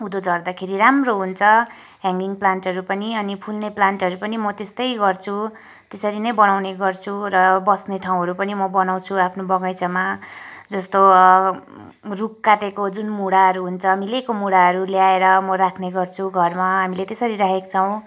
उँधो झर्दाखेरि राम्रो हुन्छ ह्याङ्गिङ प्लान्टहरू पनि अनि फुल्ने प्लान्टहरू पनि म त्यस्तै गर्छु त्यसरी नै बनाउने गर्छु र बस्ने ठाउँहरू पनि म बनाउँछु आफ्नो बगैँचामा जस्तो रुख काटेको जुन मुढाहरू हुन्छ मिलेको मुढाहरू ल्याएर म राख्ने गर्छु घरमा हामीले त्यसरी राखेका छौँ